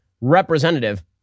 Representative